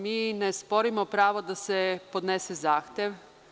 Mi ne sporimo pravo da se podnese zahtev.